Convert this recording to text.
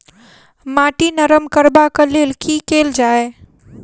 माटि नरम करबाक लेल की केल जाय?